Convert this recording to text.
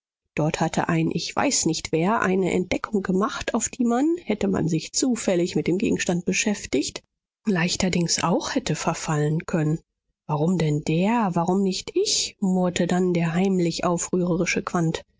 dort hatte ein ichweißnichtwer eine entdeckung gemacht auf die man hätte man sich zufällig mit dem gegenstand beschäftigt leichterdings auch hätte verfallen können warum denn der warum nicht ich murrte dann der heimlich aufrührerische